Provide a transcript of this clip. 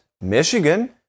Michigan